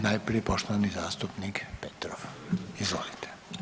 Najprije poštovani zastupnik Petrov, izvolite.